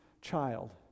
child